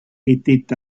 était